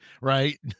right